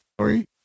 Sorry